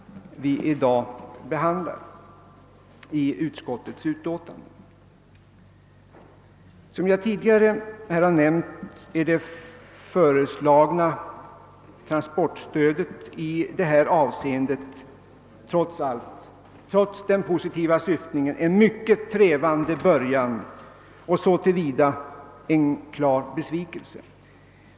Som jag tidigare nämnt är det föreslagna transportstödet i detta avseende, trots den positiva syftningen, en mycket trevande början och så till vida en klar besvikelse.